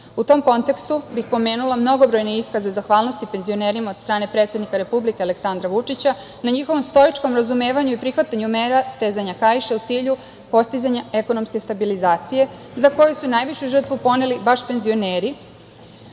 tom kontekstu bih pomenula mnogobrojne iskaze zahvalnosti penzionerima od strane predsednika Republike Aleksandra Vučića na njihovom stoičkom razumevanju i prihvatanju mera stezanja kaiša u cilju postizanja ekonomske stabilizacije, za koju su najviše žrtve poneli baš penzioneri